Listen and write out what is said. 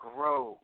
Grow